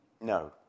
No